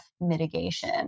mitigation